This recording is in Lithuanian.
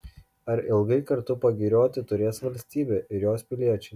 ar ilgai kartu pagirioti turės valstybė ir jos piliečiai